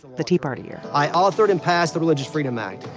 the tea party year i authored and passed the religious freedom act.